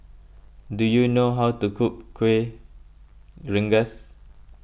do you know how to cook Kueh Rengas